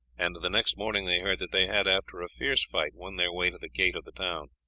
and the next morning they heard that they had, after a fierce fight, won their way to the gate of the town.